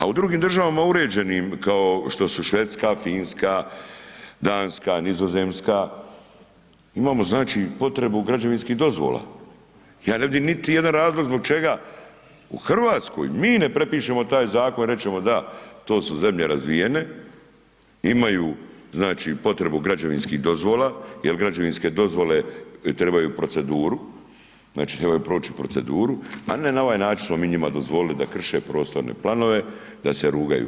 A u drugim državama uređenim, kao što su Švedska, Finska, Danska, Nizozemska, imamo znači potrebu građevinskih dozvola, ja ne vidim niti jedan razlog zbog čega u Hrvatskoj mi ne prepišemo taj zakon i reći ćemo to su zemlje razvijene, imaju znači potrebu građevinskih dozvola, jer građevinske dozvole trebaju proceduru, znači trebaju proći proceduru, a ne na ovaj način smo mi njima dozvolili da krše prostorne planove, da se rugaju.